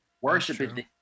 worshiping